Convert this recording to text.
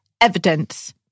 evidence